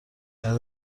بعد